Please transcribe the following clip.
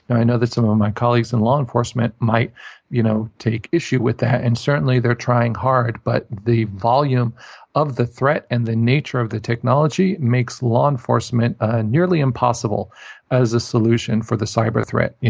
and i know that some of my colleagues in law enforcement might you know take issue with that. and certainly they're trying hard, but the volume of the threat and the nature of the technology makes law enforcement nearly impossible as a solution for the cyber threat.